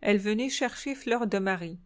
elle venait chercher fleur de marie